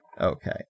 Okay